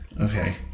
Okay